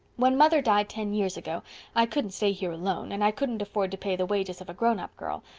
when mother died ten years ago i couldn't stay here alone. and i couldn't afford to pay the wages of a grown-up girl.